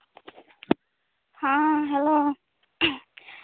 ᱦᱮᱸ ᱦᱮᱞᱳ